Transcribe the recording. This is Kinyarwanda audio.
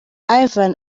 ivan